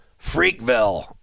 Freakville